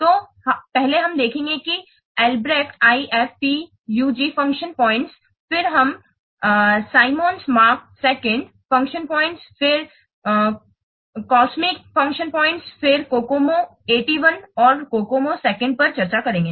तो पहले हम देखेंगे कि अल्ब्रेक्ट IFPUG फंक्शन पॉइंट्स फिर हम Symons Mark II function points फिर कॉसमिक फंक्शन पॉइंट्स और फिर COCOMO81 और COCOMO II पर चर्चा करेंगे